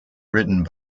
written